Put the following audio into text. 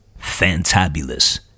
Fantabulous